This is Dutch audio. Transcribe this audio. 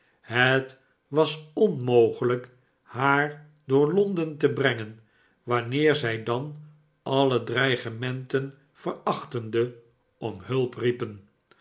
het was onmogelijk haar door londen te brengen wanneer zij dan alle dreigementen verachtende om hulp riepen